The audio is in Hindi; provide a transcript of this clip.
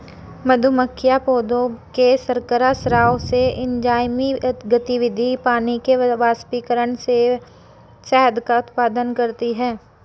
मधुमक्खियां पौधों के शर्करा स्राव से, एंजाइमी गतिविधि, पानी के वाष्पीकरण से शहद का उत्पादन करती हैं